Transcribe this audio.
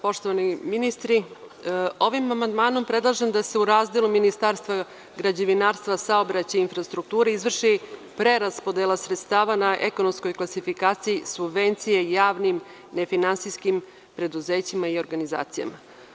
Poštovani ministri, ovim amandmanom predlažem da se u razdelu Ministarstva građevinarstva, saobraćaja i infrastrukture izvrši preraspodela sredstava na ekonomskoj klasifikaciji, subvencije javnim nefinansijskim preduzećima i organizacijama.